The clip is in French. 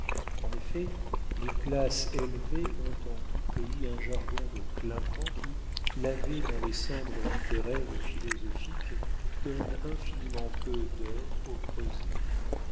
en effet les classes élevées ont en tout pays un jargon de clinquant qui lavé dans les cendres littéraires ou philosophiques donne infiniment peu d'or